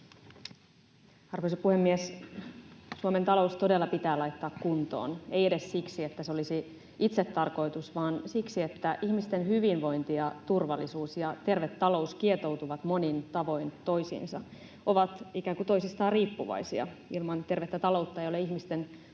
Arvoisa puhemies! Suomen talous todella pitää laittaa kuntoon. Ei edes siksi, että se olisi itsetarkoitus, vaan siksi, että ihmisten hyvinvointi ja turvallisuus ja terve talous kietoutuvat monin tavoin toisiinsa, ovat ikään kuin toisistaan riippuvaisia. Ilman tervettä taloutta ei ole ihmisten hyvinvointia